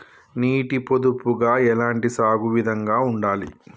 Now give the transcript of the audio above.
నీటి పొదుపుగా ఎలాంటి సాగు విధంగా ఉండాలి?